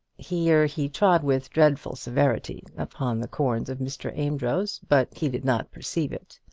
here he trod with dreadful severity upon the corns of mr. amedroz, but he did not perceive it.